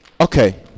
Okay